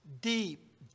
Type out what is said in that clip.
deep